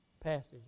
passage